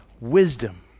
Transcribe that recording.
wisdom